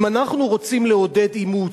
אם אנחנו רוצים לעודד אימוץ,